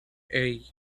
hey